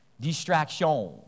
Distraction